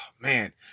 man